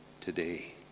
today